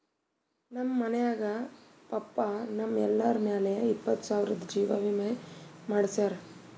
ನಮ್ ಮನ್ಯಾಗ ಪಪ್ಪಾ ನಮ್ ಎಲ್ಲರ ಮ್ಯಾಲ ಇಪ್ಪತ್ತು ಸಾವಿರ್ದು ಜೀವಾ ವಿಮೆ ಮಾಡ್ಸ್ಯಾರ